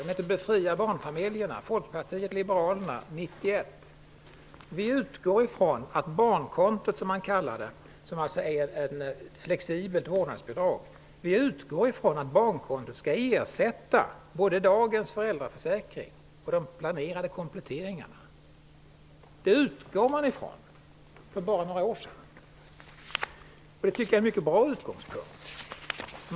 Den heter Befria barnfamiljerna, och är utgiven av Folkpartiet liberalerna 1991: ''Vi utgår från att barnkontot'' -- så kallar man ett flexibelt vårdnadsbidrag -- ''skall ersätta både dagens föräldraförsäkring och de planerade kompletteringarna.'' Det utgick man alltså från för bara några år sedan! Och det tycker jag är en mycket bra utgångspunkt.